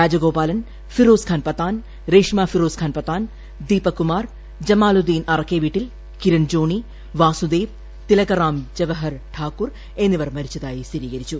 Rajagopalan Firoz Khan Pathan Reshma Firoz Khan Pathan Deepak Kumar ജമാലുദീൻ അറക്കെവീട്ടിൽ Kiran Johnny Vasudev Tilak Ram Jawahar Thakur എന്നിവർ മരിച്ചതായി സ്ഥിരീകരിച്ചു